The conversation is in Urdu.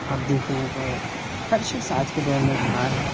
آپ دیکھیں تو ہر شخص آج کے دور میں بیمار ہے